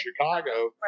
Chicago